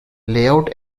layout